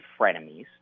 frenemies